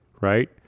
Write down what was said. right